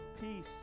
peace